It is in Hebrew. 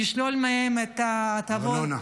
נשלול מהם את ההטבות --- ארנונה.